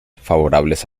favorables